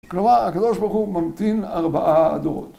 כלומר, הקדוש ברוך הוא ממתין ארבעה דורות.